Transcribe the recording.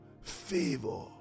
favor